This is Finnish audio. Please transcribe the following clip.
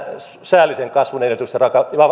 säällisen kasvun edellytysten